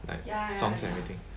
like songs everything